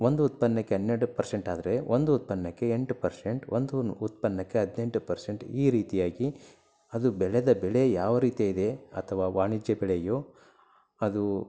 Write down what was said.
ಒಂದು ಉತ್ಪನ್ನಕ್ಕೆ ಹನ್ನೆರಡು ಪರ್ಸೆಂಟ್ ಆದರೆ ಒಂದು ಉತ್ಪನ್ನಕ್ಕೆ ಎಂಟು ಪರ್ಸೆಂಟ್ ಒಂದು ಉತ್ಪನ್ನಕ್ಕೆ ಹದಿನೆಂಟು ಪರ್ಸೆಂಟ್ ಈ ರೀತಿಯಾಗಿ ಅದು ಬೆಳೆದ ಬೆಳೆ ಯಾವ ರೀತಿ ಇದೆ ಅಥವಾ ವಾಣಿಜ್ಯ ಬೆಳೆಯೋ ಅದು